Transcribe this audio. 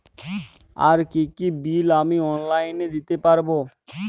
আর কি কি বিল আমি অনলাইনে দিতে পারবো?